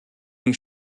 ich